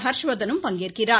ஹர்ஷ்வர்த்தனும் பங்கேற்கிறார்